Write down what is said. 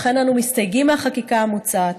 לכן אנו מסתייגים מהחקיקה המוצעת,